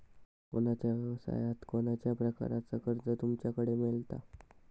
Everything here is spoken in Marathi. कोणत्या यवसाय कोणत्या प्रकारचा कर्ज तुमच्याकडे मेलता?